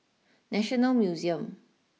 National Museum